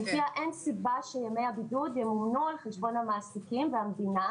לפיה אין סיבה שימי הבידוד ימומנו על חשבון המעסיקים והמדינה